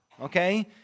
okay